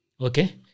Okay